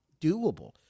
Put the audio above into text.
doable